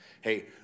Hey